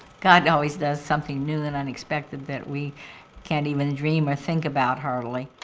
god always does something new and unexpected that we can't even dream or think about hardly.